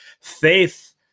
Faith